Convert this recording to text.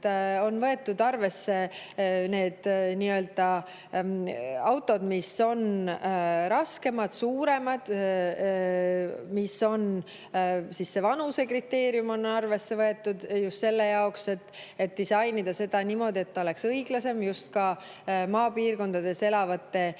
On võetud arvesse need autod, mis on raskemad, suuremad, see vanusekriteerium on arvesse võetud – just selle jaoks, et disainida [maks] niimoodi, et ta oleks õiglasem ka maapiirkondades elavate inimeste